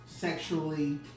sexually